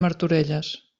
martorelles